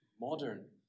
modern